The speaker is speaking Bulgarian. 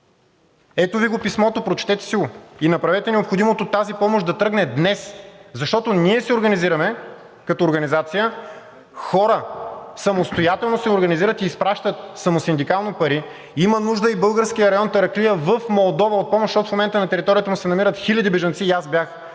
Ето Ви го писмото, прочетете си го (показва) и направете необходимото тази помощ да тръгне днес, защото ние се организираме като организация, хора самостоятелно се организират и изпращат самосиндикално пари, има нужда и българският район Тараклия в Молдова от помощ, защото в момента на територията му се намират хиляди бежанци. Аз бях там